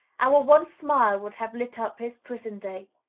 our one smile would have lit up his prison-day.